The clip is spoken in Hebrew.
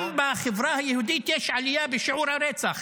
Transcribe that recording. גם בחברה היהודית יש עלייה בשיעור הרצח